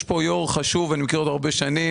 יש פה יו"ר חשוב, אני מכיר אותו הרבה שנים.